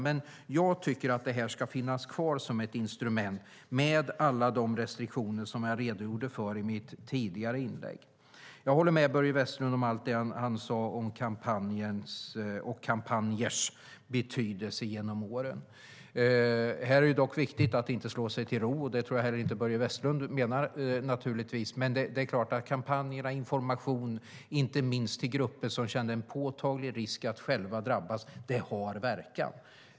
Men jag tycker att det här ska finnas kvar som ett instrument med alla de restriktioner som jag redogjorde för i mitt tidigare inlägg. Jag håller med Börje Vestlund om allt det han sade om kampanjers betydelse genom åren. Det är dock viktigt att inte slå sig till ro, och det tror jag naturligtvis inte heller att Börje Vestlund menar. Kampanjer och information i inte minst grupper som känner en påtaglig risk att drabbas har verkan.